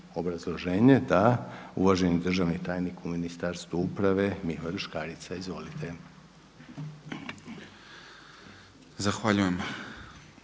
obrazloženje? Da. Uvaženi državni tajnik u Ministarstvu uprave Mihovil Škarića. Izvolite. **Škarica,